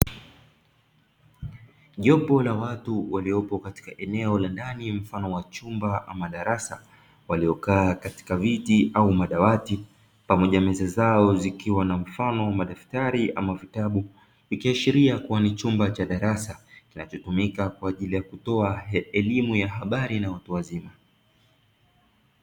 Jopo la watu waliopo katika eneo la ndani mfano wa chumba ama darasa waliokaa katika viti au madawati pamoja na meza zao zikiwa na mfano wa madaftari au vitabu ikiashiria kuwa ni chumba cha darasa kinachotumika kwa ajili ya kutoa elimu ya habari na watu wazima.